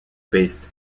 based